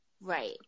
Right